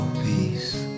peace